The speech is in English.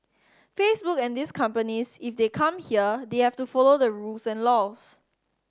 Facebook and these companies if they come here they have to follow the rules and laws